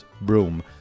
broom